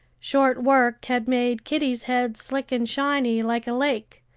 short work had made kitty's head slick and shiny, like a lake,